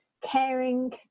caring